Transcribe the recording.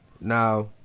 Now